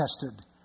tested